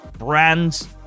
brands